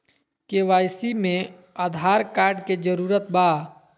KYC में Aadhaar card के जरूरत बा?